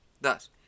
Thus